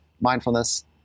mindfulness